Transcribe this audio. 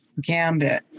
gambit